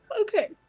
Okay